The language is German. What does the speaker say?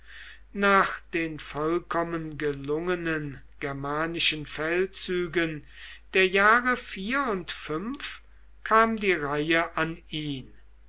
nach den vollkommen gelungenen germanischen feldzügen der jahre kam die reihe an ihn